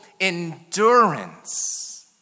endurance